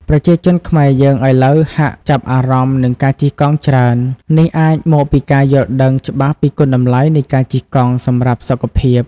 ប្រជាជនខ្មែរយើងឥឡូវហាក់ចាប់អារម្មណ៍នឹងការជិះកង់ច្រើន នេះអាចមកពីការយល់ដឹងច្បាស់ពីគុណតម្លៃនៃការជិះកង់សម្រាប់សុខភាព។